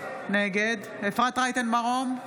נגד אפרת רייטן מרום,